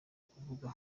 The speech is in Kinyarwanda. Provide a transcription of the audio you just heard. kuvuga